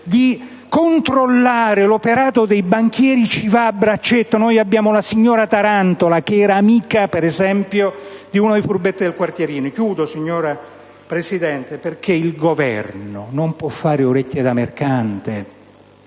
di controllare l'operato dei banchieri, ci va a braccetto. Noi abbiamo la signora Tarantola che era amica, per esempio, di uno dei furbetti del quartierino. Il Governo non può fare orecchie da mercante.